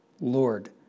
Lord